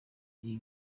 ibi